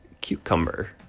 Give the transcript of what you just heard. cucumber